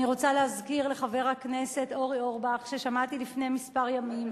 אני רוצה להזכיר לחבר הכנסת אורי אורבך ששמעתי לפני כמה ימים,